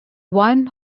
one